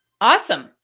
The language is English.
Awesome